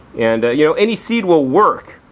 and, you know, any seed will work,